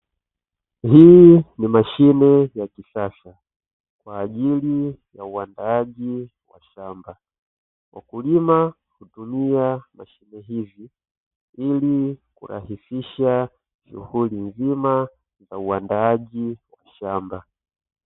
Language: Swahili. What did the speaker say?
Hii ni mashine ya kisasa kwa ajili ya uandaaji wa shamba, mkulima anatumia mashine hii ili kurahisisha shughuli nzima ya uandaaji wa shamba.